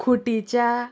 खुटीच्या